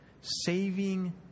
Saving